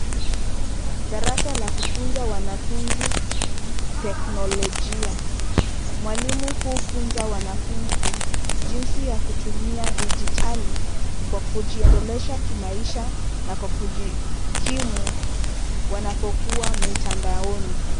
Darasa la kufunza wanafunzi teknolojia. mwalimu hufunza wanafunzi jinsi ya kutumia dijitali kwa kujiendelesha kimaisha na kwa kujikimu wanapokuwa mitandaoni.